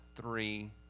three